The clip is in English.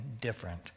different